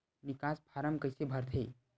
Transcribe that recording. निकास फारम कइसे भरथे?